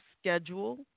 schedule